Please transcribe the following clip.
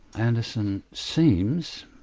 anderson seems,